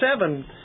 seven